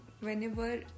whenever